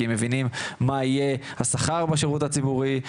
כי הם מבינים מה יהיה השכר בשירות הציבורי,